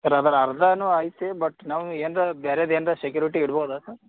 sir ಅದ್ರ ಅರ್ಧನೂ ಐತೆ ಬಟ್ ನಾವು ಏನಾದ್ರೂ ಬೇರೇದು ಏನಾರ ಸೆಕ್ಯೂರಿಟಿ ಇಡ್ಬೋದ ಸ